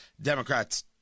Democrats